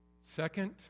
Second